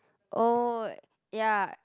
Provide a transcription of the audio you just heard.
oh ya